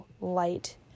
light